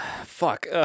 Fuck